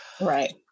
Right